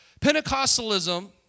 Pentecostalism